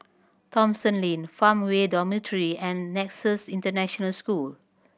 Thomson Lane Farmway Dormitory and Nexus International School